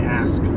ask